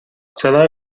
celé